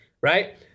right